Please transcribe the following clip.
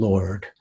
Lord